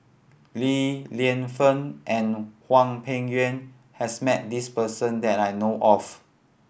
Li Lienfung and Hwang Peng Yuan has met this person that I know of